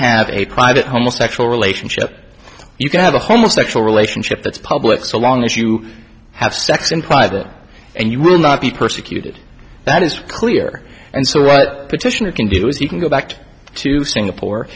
have a private homo sexual relationship you can have a homo sexual relationship that's public so long as you have sex in private and you will not be persecuted that is clear and so what petitioner can do you can go back to singapore